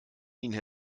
ihnen